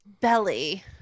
belly